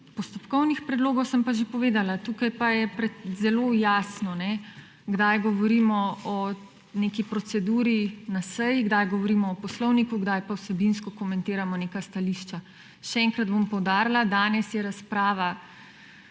postopkovnih predlogov, sem pa že povedala. Tukaj pa je zelo jasno, kdaj govorimo o neki proceduri na seji, kdaj govorimo o poslovniku, kdaj pa vsebinsko komentiramo neka stališča. Še enkrat bom poudarila, danes je razprava